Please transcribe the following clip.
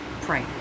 pray